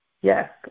yes